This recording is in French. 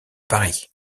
paris